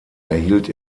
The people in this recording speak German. erhielt